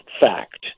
fact